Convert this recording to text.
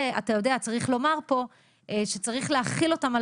אתה יודע וצריך לומר פה שצריך להחיל אותם על